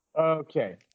Okay